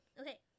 Okay